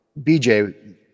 BJ